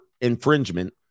infringement